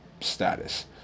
status